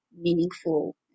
meaningful